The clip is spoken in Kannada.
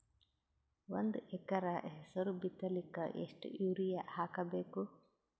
ಒಂದ್ ಎಕರ ಹೆಸರು ಬಿತ್ತಲಿಕ ಎಷ್ಟು ಯೂರಿಯ ಹಾಕಬೇಕು?